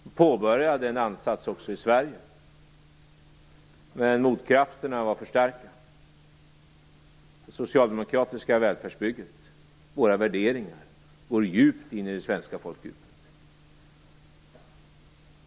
Det påbörjades en ansats också i Sverige, men motkrafterna var för starka. Det socialdemokratiska välfärdsbygget och våra värderingar går djupt in i det svenska folket.